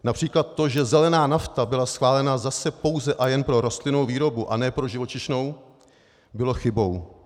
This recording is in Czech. Například to, že zelená nafta byla schválena zase pouze a jen pro rostlinnou výrobu a ne pro živočišnou, bylo chybou.